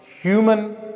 human